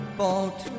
bought